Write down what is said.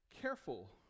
careful